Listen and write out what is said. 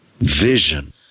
vision